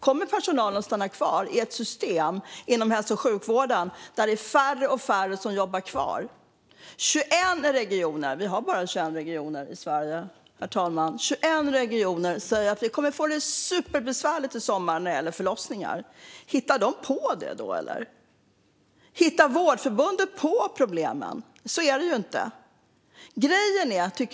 Kommer personalen att stanna kvar i ett system inom hälso och sjukvården där det är allt färre som jobbar kvar? Herr talman! Vi har bara 21 regioner i Sverige. Det är 21 regioner som säger att de kommer att få det superbesvärligt i sommar när det gäller förlossningar. Hittar de på det? Hittar Vårdförbundet på problemen? Så är det inte. Herr talman!